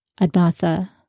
Admatha